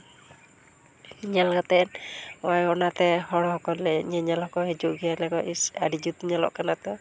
ᱧᱮᱞ ᱠᱟᱛᱮᱫ ᱦᱚᱸᱜᱼᱚᱭ ᱚᱱᱟᱛᱮ ᱦᱚᱲ ᱦᱚᱸᱠᱚ ᱧᱮᱧᱮᱞ ᱦᱚᱸᱠᱚ ᱦᱤᱡᱩᱜᱼᱟ ᱜᱮᱭᱟ ᱞᱟᱹᱭᱟᱠᱚ ᱤᱥ ᱟᱹᱰᱤ ᱡᱩᱛ ᱧᱮᱞᱚᱜ ᱠᱟᱱᱟ ᱛᱚ